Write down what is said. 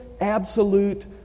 absolute